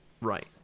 Right